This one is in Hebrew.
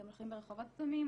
אתם הולכים ברחובות כתומים,